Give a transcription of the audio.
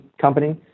company